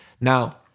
Now